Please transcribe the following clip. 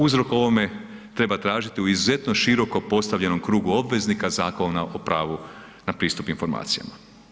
Uzrok ovome treba tražiti u izuzetno široko postavljenom krugu obveznika Zakona o pravu na pristup informacijama.